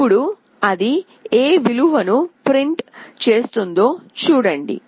ఇప్పుడు అది ఏ విలువను ప్రింట్ చేస్తుందో చూడండి